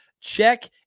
check